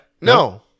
no